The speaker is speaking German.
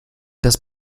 dass